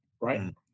Right